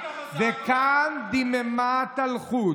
וכאן, דממת אלחוט,